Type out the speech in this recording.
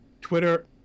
Twitter